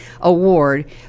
award